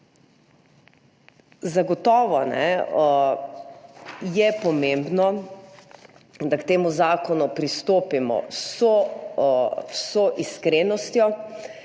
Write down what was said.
Zagotovo je pomembno, da k temu zakonu pristopimo z vso iskrenostjo.